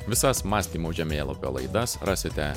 visas mąstymo žemėlapio laidas rasite